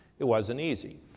it wasn't easy.